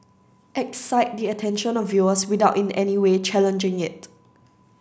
excite the attention of viewers without in any way challenging it